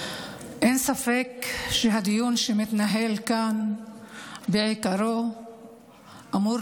אין ספק שהדיון שמתנהל כאן בעיקרו אמור